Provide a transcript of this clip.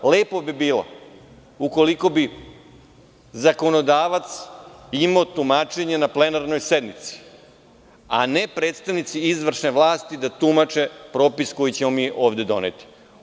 Bilo bi lepo ukoliko bi zakonodavac imao tumačenje na plenarnoj sednici, a ne predstavnici izvršne vlasti da tumače propis koji ćemo mi ovde doneti.